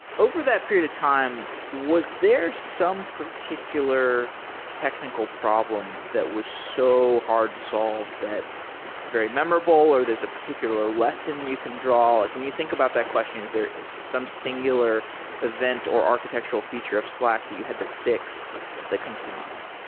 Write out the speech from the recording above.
over that period of time, was there some particular technical problem that was so hard to solve that it's very memorable or there's a particular lesson you can draw? like when you think about that question, is there is some singular event or architectural feature of slack that you had to fi x that comes to mind?